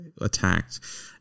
attacked